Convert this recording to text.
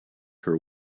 her